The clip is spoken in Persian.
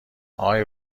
اقای